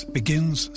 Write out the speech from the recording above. begins